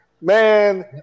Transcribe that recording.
Man